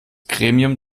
gremium